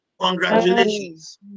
Congratulations